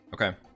Okay